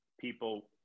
people